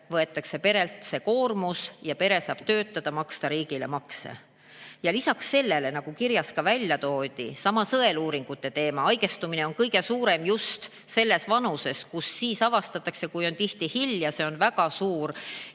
võetakse perelt see koormus ja pere saab töötada, maksta riigile makse. Ja lisaks sellele, nagu kirjas ka välja toodi, seesama sõeluuringute teema. Haigestumine on kõige suurem just selles vanuses, kus [haigus]avastatakse, kuid siis on tihti juba hilja. See on väga suur